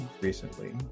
recently